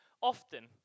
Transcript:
Often